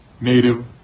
native